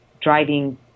driving